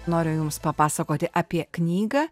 noriu jums papasakoti apie knygą